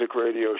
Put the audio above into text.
radio